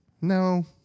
No